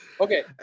Okay